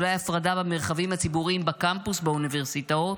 אולי ההפרדה במרחבים הציבוריים בקמפוס באוניברסיטאות?